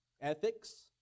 ethics